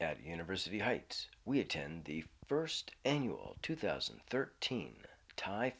at university heights we attend the first annual two thousand thirteen